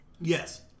yes